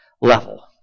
level